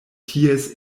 ties